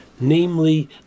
namely